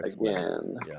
again